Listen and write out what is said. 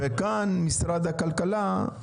וכאן משרד הכלכלה, בבקשה,